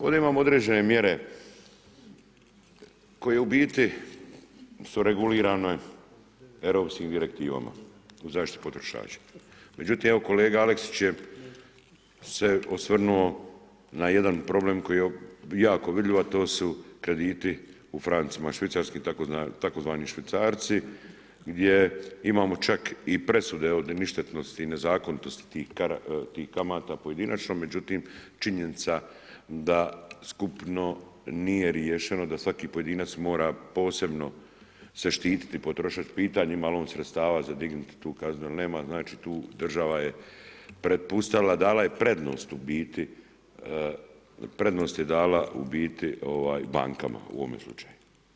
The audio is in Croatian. Ovdje imamo određene mjere koje u biti su regulirane europskim direktivama o zaštiti potrošača međutim evo kolega Aleksić se osvrnuo na jedan problem koji je jako vidljiv a to su krediti u francima švicarski, tzv. švicarci gdje imamo čak i presude o ništetnosti i nezakonitosti tih kamata pojedinačno međutim činjenica da skupno nije riješeno, da svaki pojedinac mora posebno se zaštititi potrošač, pitanje ima li on sredstava za dignut tu kaznenu ili nema, znači tu država je prepustila, dala je prednost u biti, prednost je dala u biti bankama u ovome slučaju.